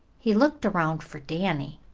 he looked around for danny,